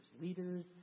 Leaders